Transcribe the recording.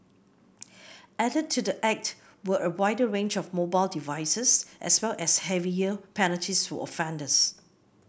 added to the act were a wider range of mobile devices as well as heavier penalties for offenders